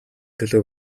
төлөө